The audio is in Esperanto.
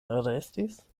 arestis